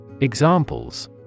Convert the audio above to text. Examples